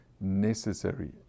necessary